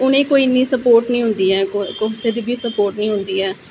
उनें कोई इन्नी सपोट नेईं होंदी ऐ कुसै दी बी स्पोट नेईं होंदी ऐ